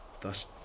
thus